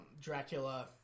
Dracula